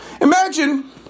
Imagine